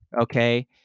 okay